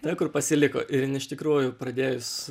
ta kur pasiliko ir jin iš tikrųjų pradėjus